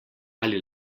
ali